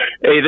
Hey